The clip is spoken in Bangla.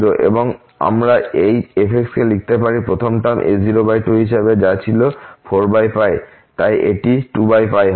এবং আমরা এই f কে লিখতে পারি প্রথম টার্ম a02 হিসেবে যা ছিল 4 তাই এটি 2 হবে